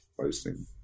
posting